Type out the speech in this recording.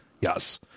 Yes